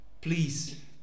please